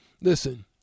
Listen